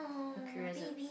a career as a